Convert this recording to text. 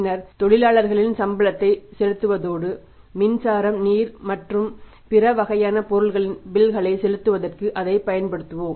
பின்னர் தொழிலாளர்களின் சம்பளத்தை செலுத்துவதோடு மின்சாரம் நீர் மற்றும் பிற வகையான பொருட்களின் பில்களை செலுத்துவதற்கு அதைப் பயன்படுத்துவோம்